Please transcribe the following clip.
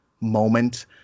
moment